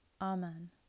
Amen